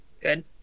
Good